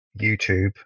YouTube